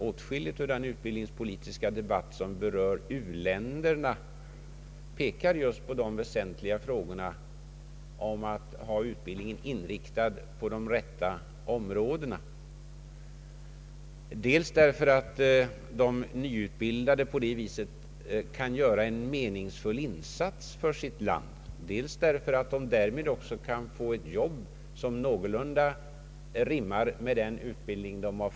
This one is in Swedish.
Åtskilligt av den utbildningspolitiska debatt som berör u-länderna pekar just på det väsentliga i att utbildningen inriktas på de rätta områdena. Detta dels därför att de nyutbildade på det sättet kan göra en meningsfylld insats för sitt land, dels därför att de därmed kan få ett jobb, som någorlunda rimmar med den utbildning de fått.